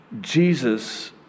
Jesus